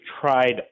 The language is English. tried